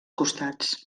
costats